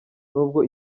n’ubwo